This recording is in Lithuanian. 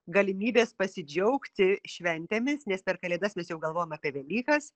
galimybės pasidžiaugti šventėmis nes per kalėdas mes jau galvojam apie velykas